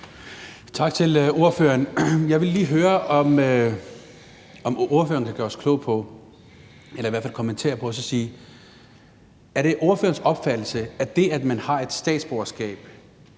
Tak til ordføreren. Jeg vil lige høre, om ordføreren kan gøre os kloge på eller i hvert fald kommentere på noget. Er det ordførerens opfattelse, at det, at man har et statsborgerskab,